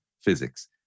physics